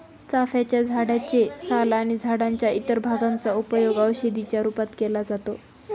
चाफ्याच्या झाडे चे साल आणि झाडाच्या इतर भागांचा उपयोग औषधी च्या रूपात केला जातो